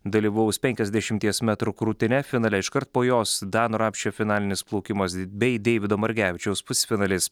dalyvaus penkiasdešimties metrų krūtine finale iškart po jos dano rapšio finalinis plaukimas bei deivido margevičiaus pusfinalis